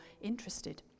interested